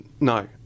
No